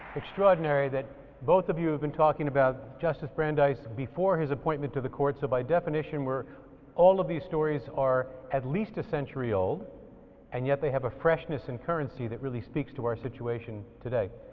extraordinary that both of you have been talking about justice brandeis before his appointment to the court. so by definition all of these stories are at least a century old and yet they have a freshness and currency that really speaks to our situation today.